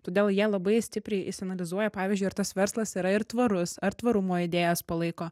todėl jie labai stipriai išsianalizuoja pavyzdžiui ar tas verslas yra ir tvarus ar tvarumo idėjas palaiko